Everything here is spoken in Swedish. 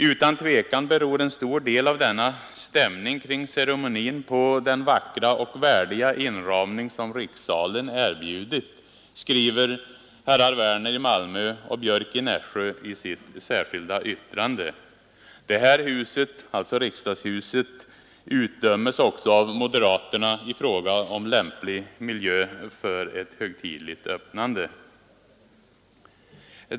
Utan tvekan beror en stor del av denna stämning kring ceremonin på den vackra och värdiga inramning som rikssalen erbjudit”, skriver herrar Werner i Malmö och Björck i Nässjö i sitt särskilda yttrande. Det här huset — alltså riksdagshuset — utdömes också av moderaterna i fråga om lämplig miljö för ett högtidligt öppnande.